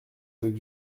avec